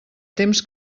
temps